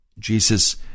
Jesus